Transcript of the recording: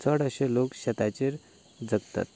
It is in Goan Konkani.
आनीक चड अशें लोक शेताचेर जगतात